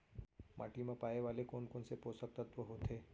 माटी मा पाए वाले कोन कोन से पोसक तत्व होथे?